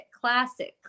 classic